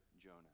Jonah